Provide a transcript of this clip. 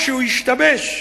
משהו השתבש.